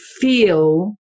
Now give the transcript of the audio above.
feel